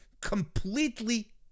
completely